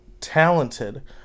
talented